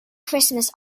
christmas